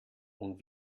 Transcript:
und